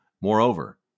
Moreover